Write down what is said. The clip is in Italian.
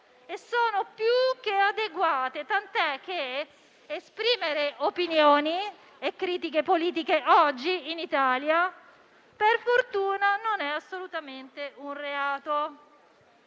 e sono più che adeguate, tant'è che esprimere opinioni e critiche politiche oggi in Italia per fortuna non è assolutamente reato.